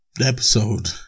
episode